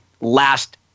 last